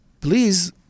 please